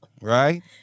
right